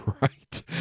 right